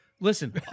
listen